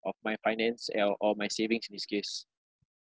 of my finance eh or or my savings in this case